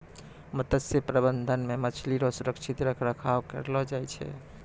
मत्स्य प्रबंधन मे मछली रो सुरक्षित रख रखाव करलो जाय छै